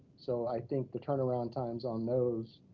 so i think the turnaround times on those,